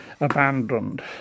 abandoned